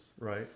Right